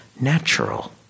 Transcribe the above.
Natural